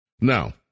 Now